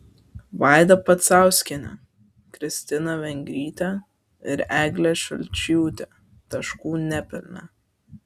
vaida pacauskienė kristina vengrytė ir eglė šulčiūtė taškų nepelnė